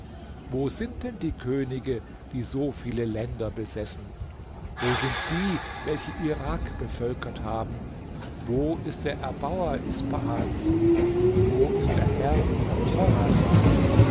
wo sind denn die könige die so viele länder besessen wo sind die welche irak bevölkert haben wo ist der erbauer ispahans wo ist der herr von